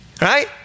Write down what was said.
right